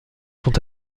sont